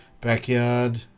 Backyard